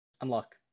Unlock